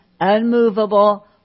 unmovable